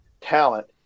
talent